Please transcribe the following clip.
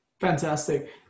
Fantastic